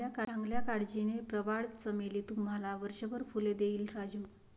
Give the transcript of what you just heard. चांगल्या काळजीने, प्रवाळ चमेली तुम्हाला वर्षभर फुले देईल राजू